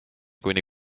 kuni